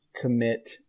commit